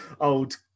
old